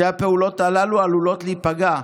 שתי הפעולות הללו עלולות להיפגע.